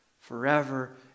Forever